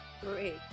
Great